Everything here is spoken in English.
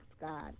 God